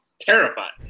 Terrified